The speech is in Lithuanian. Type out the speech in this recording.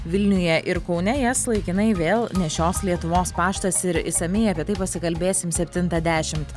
vilniuje ir kaune jas laikinai vėl nešios lietuvos paštas ir išsamiai apie tai pasikalbėsim septyntą dešimt